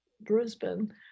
brisbane